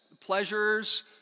pleasures